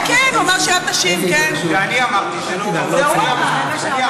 זה אני אמרתי, זה לא הוא.